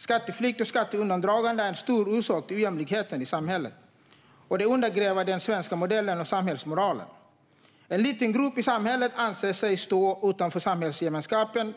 Skatteflykt och skatteundandragande är en stor orsak till ojämlikheten i samhället, och det undergräver den svenska modellen och samhällsmoralen. En liten grupp i samhället anser sig stå utanför samhällsgemenskapen